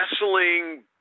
wrestling